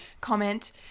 Comment